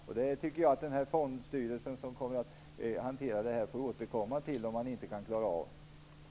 Jag tycker att fondstyrelsen som kommer att hantera detta får återkomma om den inte kan klara av det.